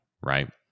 right